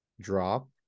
drop